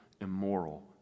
immoral